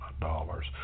dollars